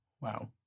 Wow